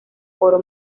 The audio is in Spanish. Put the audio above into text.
foro